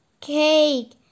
cake